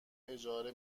اجاره